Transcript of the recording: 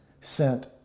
sent